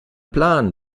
plan